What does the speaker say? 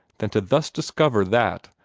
than to thus discover that,